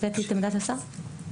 אחר.